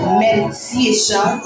meditation